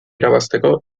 irabazteko